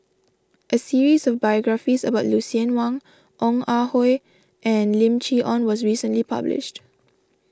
a series of biographies about Lucien Wang Ong Ah Hoi and Lim Chee Onn was recently published